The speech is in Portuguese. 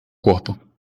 corpo